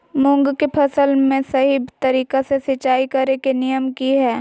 मूंग के फसल में सही तरीका से सिंचाई करें के नियम की हय?